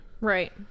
right